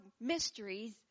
mysteries